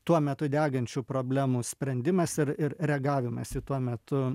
tuo metu degančių problemų sprendimas ir ir reagavimas į tuo metu